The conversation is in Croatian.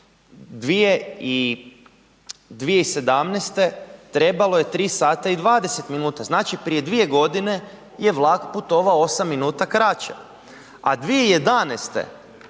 2017. trebalo je 3 sata i 20 minuta. Znači prije 2 godine je vlak putovao 8 minuta kraće, a 2011.